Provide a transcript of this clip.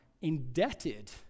indebted